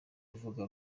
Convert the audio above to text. bivuga